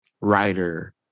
writer